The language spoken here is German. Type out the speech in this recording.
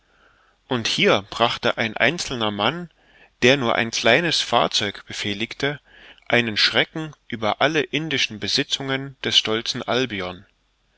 und hier brachte ein einzelner mann der nur ein kleines fahrzeug befehligte einen schrecken über alle indischen besitzungen des stolzen albion